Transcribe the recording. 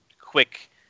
quick